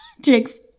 Jigs